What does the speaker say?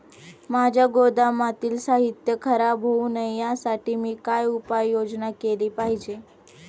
माझ्या गोदामातील साहित्य खराब होऊ नये यासाठी मी काय उपाय योजना केली पाहिजे?